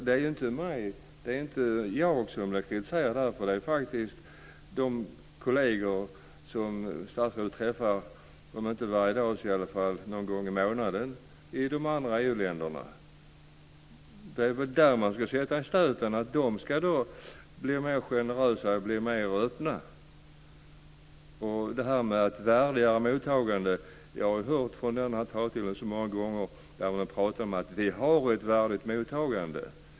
Det är inte jag som säger det, utan det är faktiskt de kolleger som statsrådet träffar om inte varje dag så i alla fall någon gång i månaden i de andra EU-länderna. Det är väl där man ska sätta in stöten, så att de blir mer generösa och mer öppna. När det gäller ett värdigare mottagande, har jag hört det sägas så många gånger från denna talarstol att vi har ett värdigt mottagande.